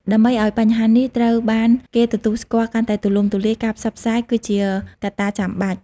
ដើម្បីឱ្យបញ្ហានេះត្រូវបានគេទទួលស្គាល់កាន់តែទូលំទូលាយ ការផ្សព្វផ្សាយ គឺជាកត្តាចាំបាច់។